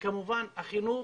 וכמובן, החינוך